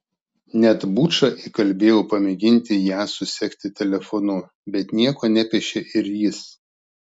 net bučą įkalbėjau pamėginti ją susekti telefonu bet nieko nepešė ir jis